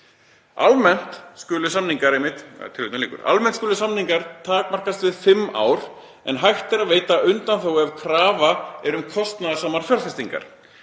Almennt skulu samningar takmarkast við fimm ár en hægt er að veita undanþágu ef krafa er um kostnaðarsamar fjárfestingar.